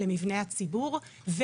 למבני הציבור,